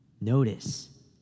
Notice